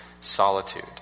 solitude